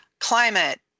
climate